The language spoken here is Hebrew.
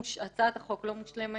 הצעת החוק לא מושלמת,